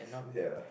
ya